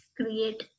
create